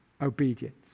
obedience